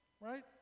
right